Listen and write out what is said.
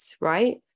right